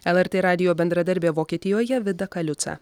lrt radijo bendradarbė vokietijoje vida kaliuca